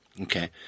Okay